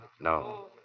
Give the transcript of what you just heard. no